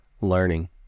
learning